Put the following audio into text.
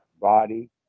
body